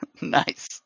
Nice